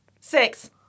Six